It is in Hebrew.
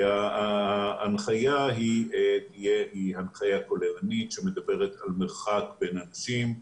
ההנחיה היא הנחיה כוללנית שמדברת על מרחק בין אנשים,